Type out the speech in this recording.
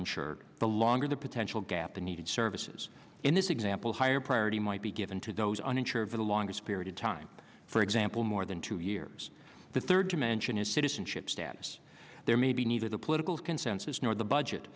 insured the longer the potential gap in needed services in this example higher priority might be given to those uninsured for the longest period of time for example more than two years the third dimension is citizenship status there may be neither the political consensus nor the budget